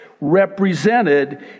Represented